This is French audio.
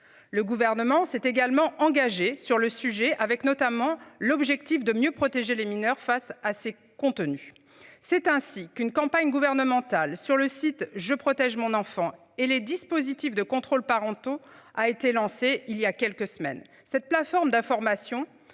Le gouvernement s'est également engagé sur le sujet avec notamment l'objectif de mieux protéger les mineurs. Face à ces contenus. C'est ainsi qu'une campagne gouvernementale sur le site je protège mon enfant et les dispositifs de contrôles parentaux a été lancé il y a quelques semaines. Cette plateforme d'information,